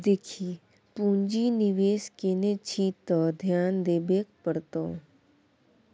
देखी पुंजी निवेश केने छी त ध्यान देबेय पड़तौ